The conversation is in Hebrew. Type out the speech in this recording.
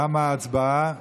תמה ההצבעה.